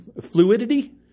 fluidity